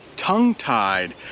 tongue-tied